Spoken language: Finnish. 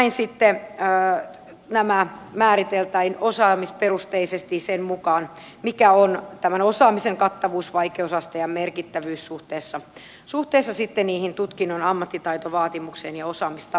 näin sitten nämä määritellään osaamisperusteisesti sen mukaan mikä on tämän osaamisen kattavuus vaikeusaste ja merkittävyys suhteessa sitten niihin tutkinnon ammattitaitovaatimuksiin ja osaamistavoitteisiin